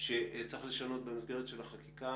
שצריך לשנות במסגרת החקיקה,